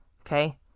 okay